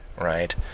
right